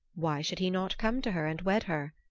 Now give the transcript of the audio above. why should he not come to her and wed her?